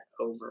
over